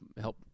help